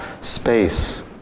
space